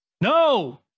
No